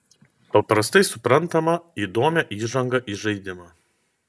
paprastai suprantamą įdomią įžangą į žaidimą